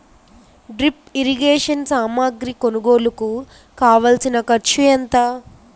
drip irrigation సామాగ్రి కొనుగోలుకు కావాల్సిన ఖర్చు ఎంత